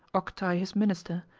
octai his minister,